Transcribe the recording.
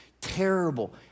terrible